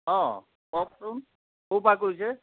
অঁ কওকচোন ক'ৰ পৰা কৰিছে